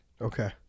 okay